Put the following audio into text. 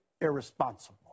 irresponsible